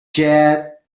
jet